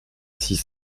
six